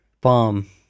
bomb